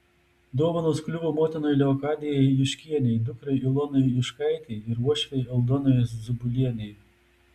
dovanos kliuvo motinai leokadijai juškienei dukrai ilonai juškaitei ir uošvei aldonai zubelienei